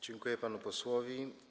Dziękuję panu posłowi.